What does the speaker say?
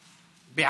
נתקבלה.